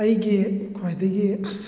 ꯑꯩꯒꯤ ꯈ꯭ꯋꯥꯏꯗꯒꯤ